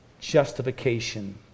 justification